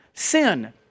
sin